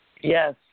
Yes